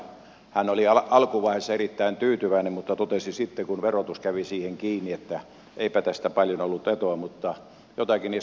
hän oli alkuvaiheessa erittäin tyytyväinen mutta totesi sitten kun verotus kävi siihen kiinni että eipä tästä paljon ollut etua mutta jotakin myös tapahtui